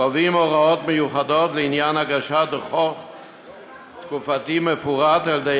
קובעים הוראות מיוחדות לעניין הגשת דוח תקופתי מפורט על-ידי